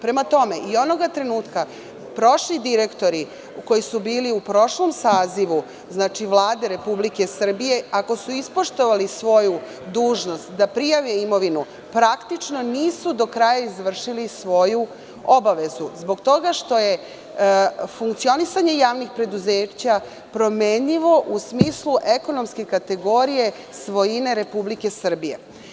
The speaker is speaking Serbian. Prema tome, i onoga trenutka, prošli direktori koji su bili u prošlom sazivu Vlade Republike Srbije, ako su ispoštovali svoju dužnost da prijave imovinu, praktično nisu do kraja izvršili svoju obavezu, zbog toga što je funkcionisanje javnih preduzeća promenljivo u smislu ekonomske kategorije svojine Republike Srbije.